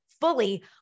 fully